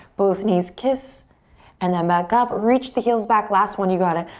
both knees kiss and then back up. reach the heels back. last one, you got it.